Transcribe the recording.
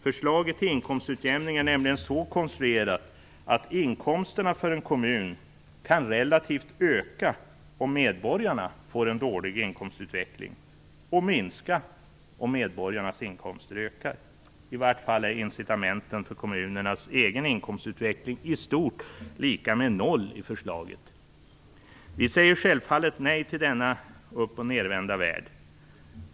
Förslaget till inkomstutjämning är nämligen så konstruerat att inkomsterna för en kommun kan öka relativt sett, om medborgarna får en dålig inkomstutveckling, och minska om medborgarnas inkomster ökar. I varje fall är incitamenten för kommunernas egen inkomstutveckling i stort sett lika med noll i förslaget. Vi säger självfallet nej till denna uppochnedvända värld.